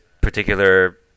particular